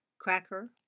cracker